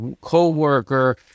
coworker